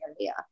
area